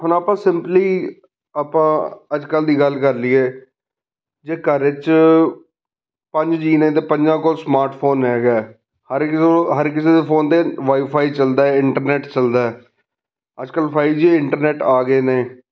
ਹੁਣ ਆਪਾਂ ਸਿੰਪਲੀ ਆਪਾਂ ਅੱਜ ਕੱਲ੍ਹ ਦੀ ਗੱਲ ਕਰ ਲਈਏ ਜੇ ਘਰ 'ਚ ਪੰਜ ਜੀਅ ਨੇ ਅਤੇ ਪੰਜਾਂ ਕੋਲ ਸਮਾਰਟਫੋਨ ਹੈਗਾ ਹਰ ਇਕ ਕੋਲ ਹਰ ਕਿਸੇ ਫੋਨ 'ਤੇ ਵਾਈਫਾਈ ਚਲਦਾ ਇੰਟਰਨੈਟ ਚਲਦਾ ਅੱਜ ਕੱਲ੍ਹ ਫਾਈਵ ਜੀ ਇੰਟਰਨੈਟ ਆ ਗਏ ਨੇ